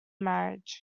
marriage